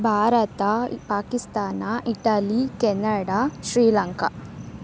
Bharat Pakistan Italy Canada Sri Lanka